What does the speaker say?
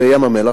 בים-המלח.